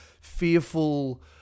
fearful